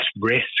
risk